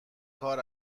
کار